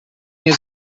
nie